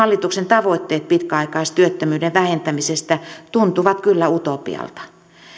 hallituksen tavoitteet pitkäaikaistyöttömyyden vähentämisestä tuntuvat kyllä utopialta